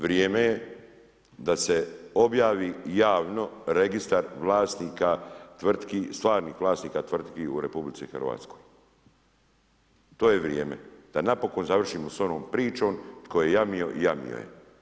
Vrijeme je da se objavi javno registar stvarnih vlasnika tvrtki u RH, to je vrijeme, da napokon završimo s onom pričom tko je jamio, jamio je.